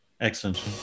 Excellent